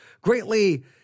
greatly